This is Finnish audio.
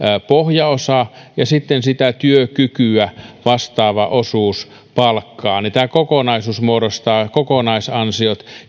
pohjaosa ja sitten sitä työkykyä vastaava osuus palkkaa ja tämä kokonaisuus muodostaisi kokonaisansiot